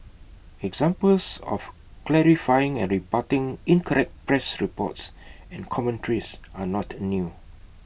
examples of clarifying and rebutting incorrect press reports and commentaries are not new